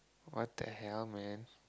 what the hell man